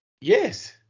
Yes